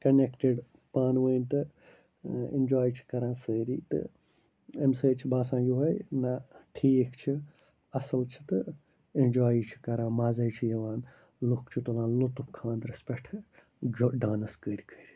connected پانہٕ ؤنۍ تہٕ اٮ۪نجوے چھِ کَران سٲری تہٕ امۍ سۭتۍ چھِ باسان یِہوے نَہ ٹھیٖک چھِ اَصٕل چھِ تہٕ اٮ۪نجویی چھِ کَران مَزَے چھُ یَوان لُکھ چھِ تُلان لُطُف خانٛدرَس پٮ۪ٹھٕ جوٚ ڈانٕس کٔرۍ کٔرۍ